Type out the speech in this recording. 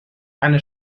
eine